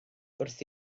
wrth